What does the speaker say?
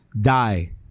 Die